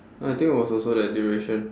I think was also that duration